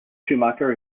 schumacher